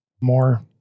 more